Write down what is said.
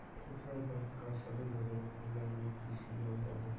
কোথায় বা কার সাথে যোগাযোগ করলে আমি কৃষি লোন পাব?